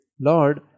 Lord